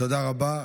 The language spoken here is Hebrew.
תודה רבה.